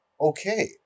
Okay